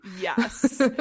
Yes